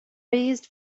raised